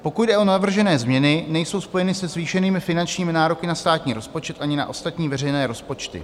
Pokud jde navržené změny, nejsou spojeny se zvýšenými finančními nároky na státní rozpočet ani na ostatní veřejné rozpočty.